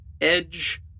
edge